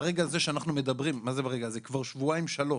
ברגע הזה שאנחנו מדברים, כבר שבועיים, שלושה,